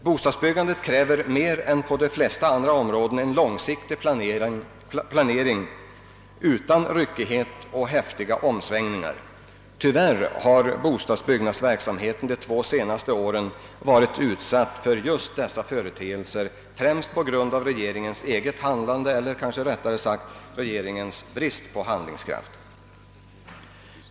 Bostadsbyggandet kräver mer än de flesta andra områden en långsiktig planering utan ryckighet och häftiga omsvängningar. Tyvärr har bostadsbyggnadsverksamheten de två senaste åren varit utsatt för just dessa företeelser främst på grund av regeringens eget handlande eller, rättare sagt, brist på handlingskraft.